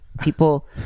People